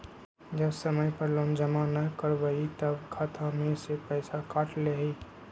जब समय पर लोन जमा न करवई तब खाता में से पईसा काट लेहई?